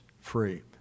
free